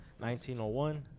1901